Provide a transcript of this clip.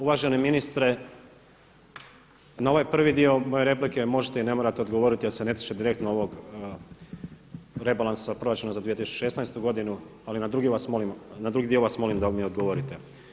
Uvaženi ministre na ovaj prvi dio moje replike možete i ne morate odgovoriti jer se ne tiče direktno ovog rebalansa proračuna za 2016. godinu ali na drugi dio vas molimo da mi odgovorite.